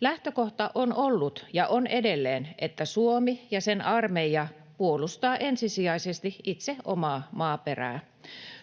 Lähtökohta on ollut ja on edelleen, että Suomi ja sen armeija puolustavat ensisijaisesti itse omaa maaperäänsä.